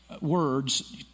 words